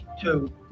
Two